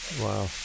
Wow